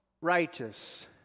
righteous